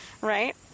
Right